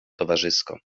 towarzysko